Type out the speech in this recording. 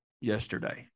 yesterday